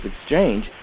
Exchange